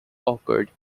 occurred